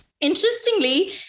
interestingly